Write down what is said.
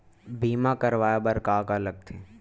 बीमा करवाय बर का का लगथे?